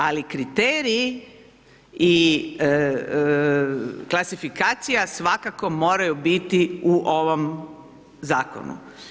Ali, kriteriji i klasifikacija svakako moraju biti u ovome zakonu.